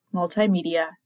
Multimedia